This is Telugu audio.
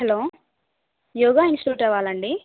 హలో యోగా ఇన్స్టిట్యూట్ వాళ్ళా అండి